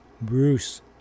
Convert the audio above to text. Bruce